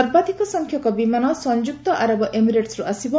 ସର୍ବାଧିକ ସଂଖ୍ୟକ ବିମାନ ସଂଯ୍ରକ୍ତ ଆରବ ଏମିରେଟ୍ରୁ ଆସିବ